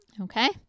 Okay